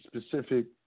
specific